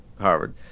Harvard